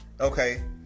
Okay